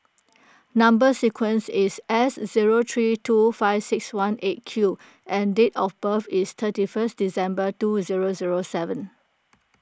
Number Sequence is S zero three two five six one eight Q and date of birth is thirty first December two zero zero seven